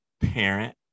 parent